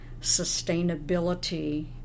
sustainability